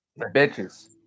bitches